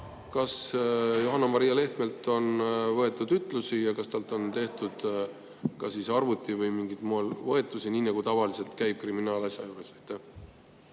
Kas Johanna-Maria Lehtmelt on võetud ütlusi ja kas on tehtud arvuti või mingil muul moel võetusi, nii nagu tavaliselt kriminaalasja puhul